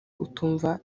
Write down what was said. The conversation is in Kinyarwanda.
utumva